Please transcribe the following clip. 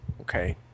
Okay